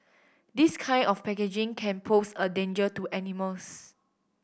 this kind of packaging can pose a danger to animals